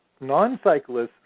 non-cyclists